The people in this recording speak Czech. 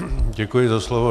Děkuji za slovo.